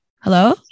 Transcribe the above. Hello